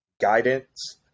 guidance